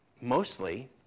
mostly